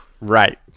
right